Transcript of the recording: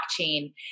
blockchain